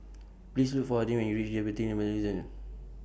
Please Look For Adin when YOU REACH Diabetes and Metabolism